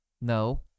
No